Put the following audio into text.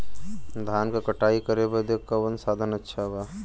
धान क कटाई करे बदे कवन साधन अच्छा बा?